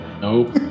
Nope